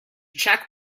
check